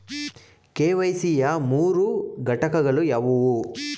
KYC ಯ ಮೂರು ಘಟಕಗಳು ಯಾವುವು?